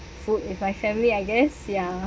food with my family I guess ya